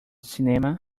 cinema